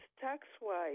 tax-wise